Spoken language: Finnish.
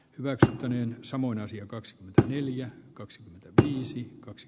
myötätuntoinen samoin asia kaks neljä kaksi viisi kaksi